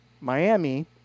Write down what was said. Miami